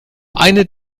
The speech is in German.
eine